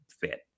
fit